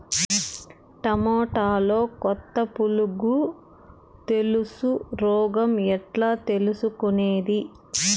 టమోటాలో కొత్త పులుగు తెలుసు రోగం ఎట్లా తెలుసుకునేది?